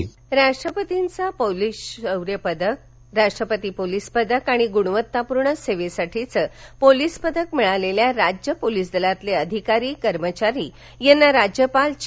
police पदक राष्ट्रपतींचं पोलीस शौर्य पदक राष्ट्रपती पोलीस पदक आणि गुणवत्तापूर्ण सेवेसाठीचं पोलीस पदक मिळालेल्या राज्य पोलीस दलातील अधिकारी कर्मचारी यांना राज्यपाल चे